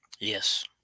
yes